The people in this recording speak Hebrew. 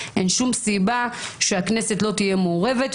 חושבת שאין שום סיבה שהכנסת לא תהיה מעורבת.